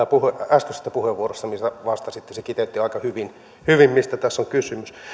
äskeisestä puheenvuorosta missä vastasitte se kiteytti aika hyvin hyvin mistä tässä on kysymys